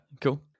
cool